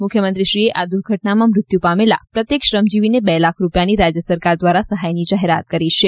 મુખ્યમંત્રીશ્રીએ આ દુર્ઘટનામાં મૃત્યુ પામેલા પ્રત્યેક શ્રમજીવીને બે લાખ રૂપિયાની રાજ્ય સરકાર દ્વારા સહાયની જાહેરાત કરી છે